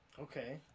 Okay